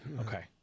Okay